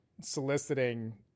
soliciting